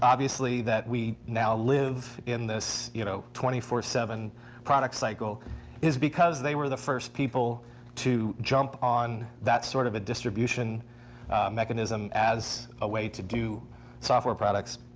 obviously, that we now live in this you know twenty four seven product cycle is because they were the first people to jump on that sort of a distribution mechanism as a way to do software products.